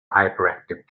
hyperactive